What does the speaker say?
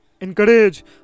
encourage